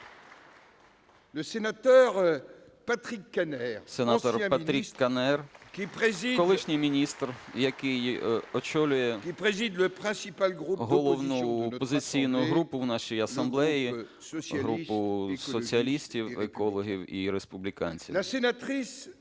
Сенатор Патрік Каннер, колишній міністр, який очолює головну опозиційну групу в нашій асамблеї, групу соціалістів, екологів і республіканців.